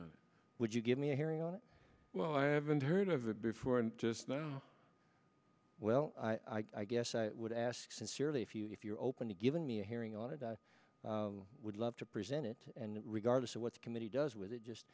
on would you give me a hearing on it well i haven't heard of it before and just now well i guess i would ask sincerely if you if you're open to giving me a hearing on it i would love to present it and regardless of what the committee does with it just